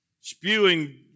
spewing